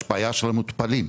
יש בעיה של המטופלים,